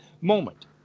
moment